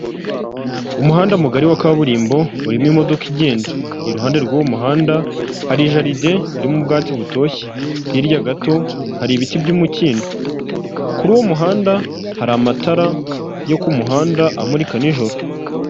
Umuhanda mugari wa kaburimbo, urimo imodoka igenda, iruhande rw'uwo muhanda hari jaride irimo ubwatsi butoshye, hirya gato hari ibiti by'umukindo, kuri uwo muhanda hari amatara yo ku muhanda amurika nijoro.